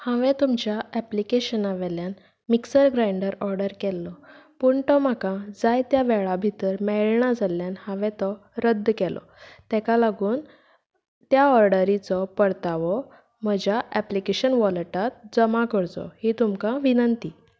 हांवें तुमच्या एप्लिकेशना वेल्यान मिक्सर ग्रायंडर ऑर्डर केल्लो पूण तो म्हाका जाय त्या वेळा भितर मेळना जाल्ल्यान हांवें तो रद्द केलो ताका लागून त्या ऑर्डरीचो परतावो म्हज्या एप्लीकेशन वॉलेटांत जमा करचो ही तुमकां विनंती